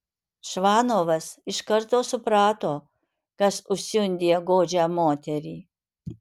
čvanovas iš karto suprato kas užsiundė godžią moterį